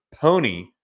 PONY